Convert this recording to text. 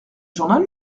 journal